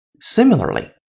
Similarly